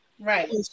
Right